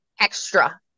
extra